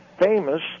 famous